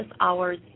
hours